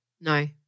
no